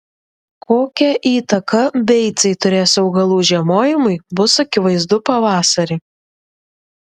kokią įtaką beicai turės augalų žiemojimui bus akivaizdu pavasarį